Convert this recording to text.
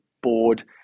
board –